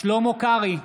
שלמה קרעי,